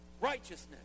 Righteousness